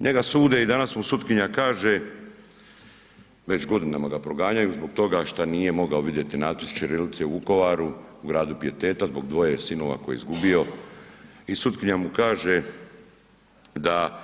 Njega sude i danas mu sutkinja kaže, već godinama ga proganjaju zbog toga što nije mogao vidjeti natpis ćirilice u Vukovaru, gradu pijeteta zbog dvoje sinova koje je izgubio i sutkinja mu kaže da